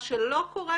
מה שלא קורה,